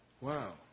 Wow